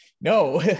no